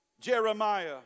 Jeremiah